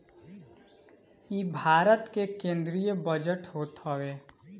इ भारत के केंद्रीय बजट होत हवे